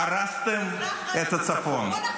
הרסתם את הצפון.